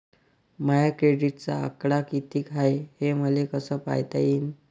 माया क्रेडिटचा आकडा कितीक हाय हे मले कस पायता येईन?